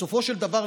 בסופו של דבר,